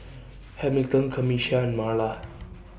Hamilton Camisha and Marla